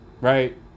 Right